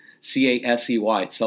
C-A-S-E-Y